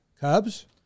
Cubs